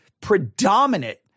predominant